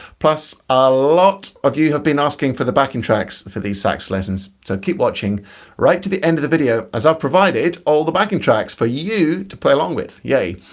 plus, a lot of you have been asking for the backing tracks for these sax lessons so keep watching right to the end of the video as i've provided all the backing tracks for you to play along with yay!